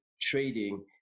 trading